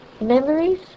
memories